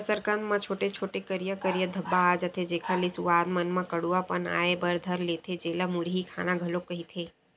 कसरकंद म छोटे छोटे, करिया करिया धब्बा आ जथे, जेखर ले सुवाद मन म कडुआ पन आय बर धर लेथे, जेला मुरही खाना घलोक कहिथे